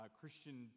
christian